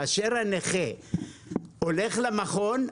כאשר הנכה מגיע למכון,